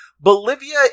Bolivia